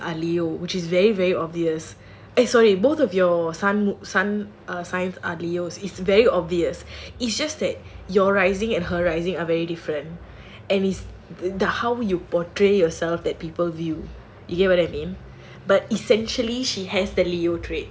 no both of your risings are leo which is very very obvious eh sorry both of your son son signs are leo it's very obvious it's just that your rising and her rising are very different and it's how you portray yourself that people view you get what I mean but essentially she has the leo trait